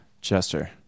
Chester